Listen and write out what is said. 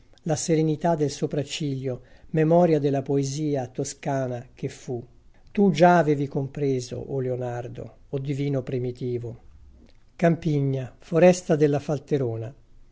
la serenità del sopra ciglio memoria della poesia toscana che fu tu già avevi compreso o leonardo o divino primitivo canti orfici dino campana campigna foresta della falterona